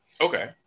Okay